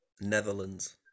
Netherlands